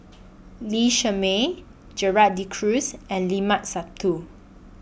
Lee Shermay Gerald De Cruz and Limat Sabtu